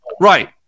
Right